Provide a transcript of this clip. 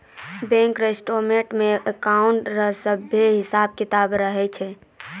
bank statements मे account रो सभे हिसाब किताब रहै छै